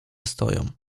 stoją